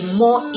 more